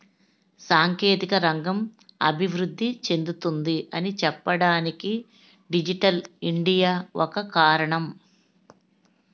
సాంకేతిక రంగం అభివృద్ధి చెందుతుంది అని చెప్పడానికి డిజిటల్ ఇండియా ఒక కారణం